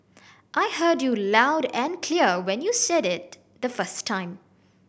I heard you loud and clear when you said it the first time